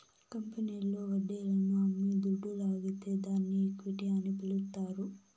కంపెనీల్లు వడ్డీలను అమ్మి దుడ్డు లాగితే దాన్ని ఈక్విటీ అని పిలస్తారు